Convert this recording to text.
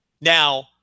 Now